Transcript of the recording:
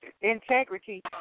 integrity